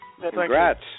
Congrats